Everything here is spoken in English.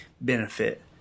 benefit